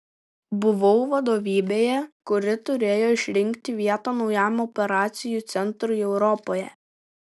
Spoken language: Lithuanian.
buvau vadovybėje kuri turėjo išrinkti vietą naujam operacijų centrui europoje